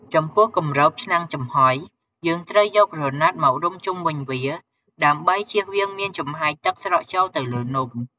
ចំពោះគម្របឆ្នាំងចំហុយ យើងត្រូវយកក្រណាត់មករុំជុំវិញវា ដើម្បីចៀសវាងមានចំហាយទឹកស្រក់ចូលទៅលើនំ។